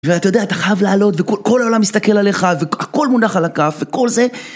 ואתה יודע אתה חייב לעלות וכל העולם מסתכל עליך והכל מונח על הכף וכל זה